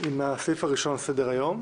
הסעיף הראשון על סדר היום: